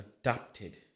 adapted